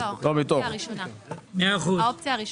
האופציה הראשונה.